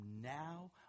now